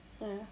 ya